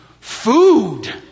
food